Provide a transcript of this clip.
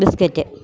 biscuit